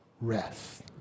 rest